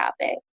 topic